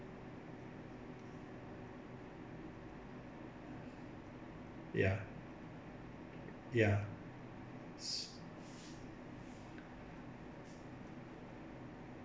ya ya